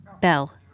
Bell